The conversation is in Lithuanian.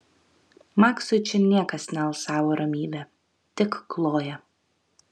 maksui čia niekas nealsavo ramybe tik kloja